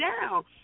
down